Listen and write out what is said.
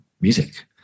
music